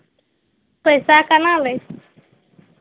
पैसा केना लै छियै